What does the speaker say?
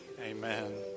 Amen